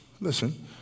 listen